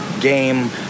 game